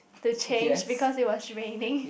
to change because it was raining